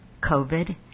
COVID